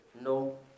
no